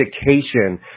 education